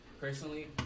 personally